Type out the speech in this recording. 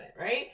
right